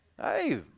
hey